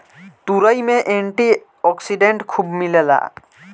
तुरई में antioxidant खूब मिलेला